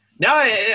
No